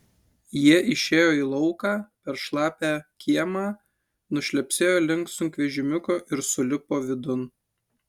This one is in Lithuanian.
jie išėjo į lauką per šlapią kiemą nušlepsėjo link sunkvežimiuko ir sulipo vidun